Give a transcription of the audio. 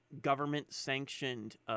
government-sanctioned